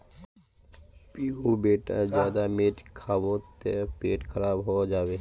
पीहू बेटा ज्यादा मिर्च खाबो ते पेट खराब हों जाबे